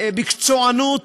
מקצוענות,